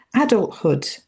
adulthood